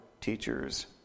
teachers